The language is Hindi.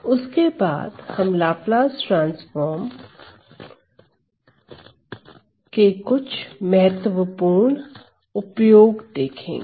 उसके बाद हम लाप्लास ट्रांसफॉर्म के कुछ महत्वपूर्ण उपयोग देखेंगे